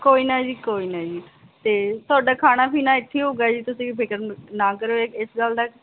ਕੋਈ ਨਾ ਜੀ ਕੋਈ ਨਾ ਜੀ ਤੇ ਤੁਹਾਡਾ ਖਾਣਾ ਪੀਣਾ ਇੱਥੇ ਹੋਊਗਾ ਜੀ ਤੁਸੀਂ ਫਿਕਰ ਨਾ ਕਰੋ ਇ ਇਸ ਗੱਲ ਦਾ